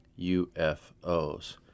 UFOs